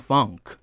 Funk